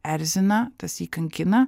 erzina tas jį kankina